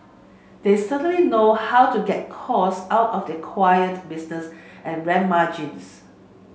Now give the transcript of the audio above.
they certainly know how to get costs out of the acquired business and ramp margins